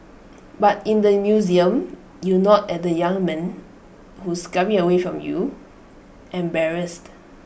but in the museum you nod at the young men who scurry away from you embarrassed